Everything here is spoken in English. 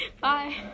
Bye